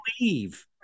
leave